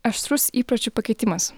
aštrus įpročių pakeitimas